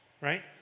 Right